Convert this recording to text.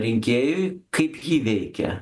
rinkėjui kaip jį veikia